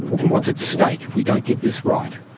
and what's at stake if we don't get this right?